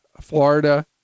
Florida